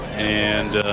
and